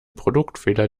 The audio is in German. produktfehler